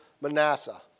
Manasseh